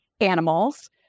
animals